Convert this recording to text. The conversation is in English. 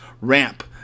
ramp